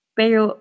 pero